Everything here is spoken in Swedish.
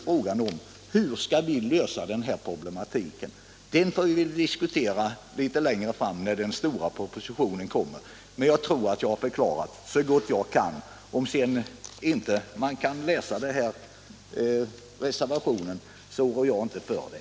Frågan är hur vi skall lösa denna problematik, men detta får vi diskutera litet längre fram när den stora propositionen kommer. Jag har försökt så gott jag kan att förklara vår reservation. Om man ändå inte kan förstå den, beror det inte på mig.